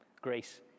Grace